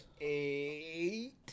eight